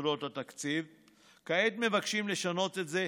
יסודות התקציב, כעת מבקשים לשנות את זה,